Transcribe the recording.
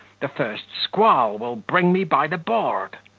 the first squall will bring me by the board.